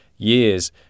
years